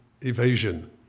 evasion